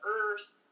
earth